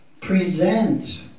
present